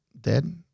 dead